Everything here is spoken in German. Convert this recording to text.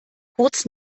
kurz